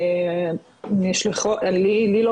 אני כבר